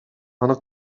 anna